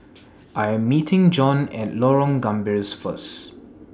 I Am meeting Jon At Lorong Gambir First